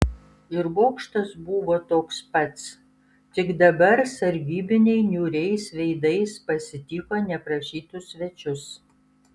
ir bokštas buvo toks pats tik dabar sargybiniai niūriais veidais pasitiko neprašytus svečius